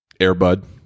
Airbud